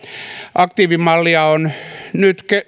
aktiivimallia on nyt